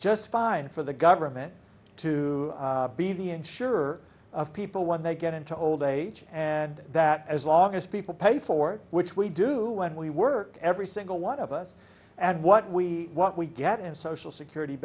just fine for the government to be the insurer of people when they get into old age and that as long as people pay for it which we do when we work every single one of us and what we what we get and social security